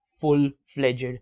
full-fledged